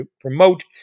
promote